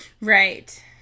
right